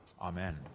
Amen